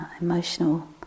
emotional